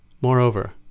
Moreover